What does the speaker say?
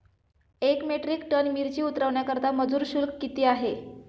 एक metric ton मिरची उतरवण्याकरता मजूर शुल्क किती आहे?